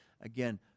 Again